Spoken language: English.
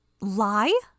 Lie